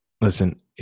Listen